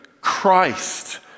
Christ